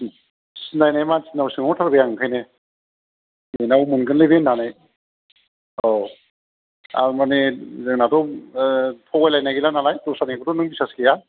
सिनायनाय मानसिनाव सोंहरथारबाय आं ओंखायनो बेनाव मोनगोनलै बे होननानै औ आं माने जोंनाथ' थगायलायनाय गैला नालाय दस्रानिखौथ' नों बिसास गैया